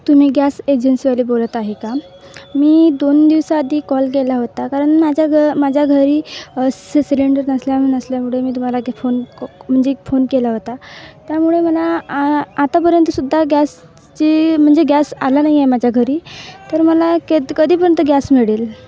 तुम्ही गॅस एजन्सीवाले बोलत आहे का मी दोन दिवसाआधी कॉल केला होता कारण माझ्या ग माझ्या घरी स सिलेंडर नसल्या नसल्यामुळे मी तुम्हाला एक फोन म्हणजे फोन केला होता त्यामुळे मला आ आतापर्यंतसुद्धा गॅसचे म्हणजे गॅस आला नाही आहे माझ्या घरी तर मला के कधीपर्यंत गॅस मिळेल